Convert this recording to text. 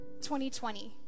2020